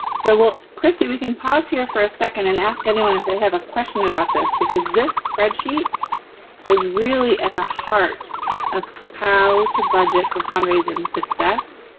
so we'll, christy, we can pause here for a second and ask anyone if they have a question about this because this spreadsheet is really at the heart of how to budget for fundraising success.